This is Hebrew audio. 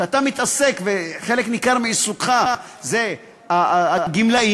שאתה מתעסק, שחלק ניכר מעיסוקך זה הגמלאים,